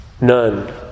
None